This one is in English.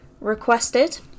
requested